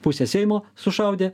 pusė seimo sušaudė